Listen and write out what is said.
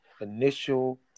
initial